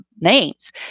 names